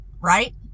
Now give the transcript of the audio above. right